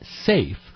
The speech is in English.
safe